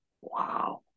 Wow